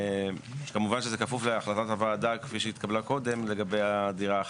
כמובן שזה כפוף להחלטת הוועדה כפי שהתקבלה קודם לגבי דירה אחת.